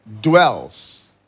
dwells